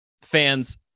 fans